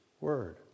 word